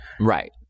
right